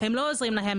הם לא עוזרים להם,